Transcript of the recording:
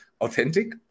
authentic